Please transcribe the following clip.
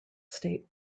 state